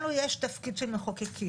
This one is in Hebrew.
לנו יש תפקיד של מחוקקים,